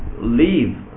leave